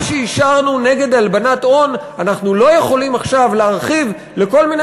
מה שאישרנו נגד הלבנת הון אנחנו לא יכולים עכשיו להרחיב לכל מיני